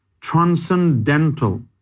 transcendental